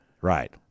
Right